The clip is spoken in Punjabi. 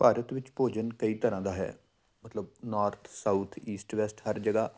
ਭਾਰਤ ਵਿੱਚ ਭੋਜਨ ਕਈ ਤਰ੍ਹਾਂ ਦਾ ਹੈ ਮਤਲਬ ਨੌਰਥ ਸਾਊਥ ਈਸਟ ਵੈਸਟ ਹਰ ਜਗ੍ਹਾ